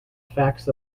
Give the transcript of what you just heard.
facts